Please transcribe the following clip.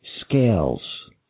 scales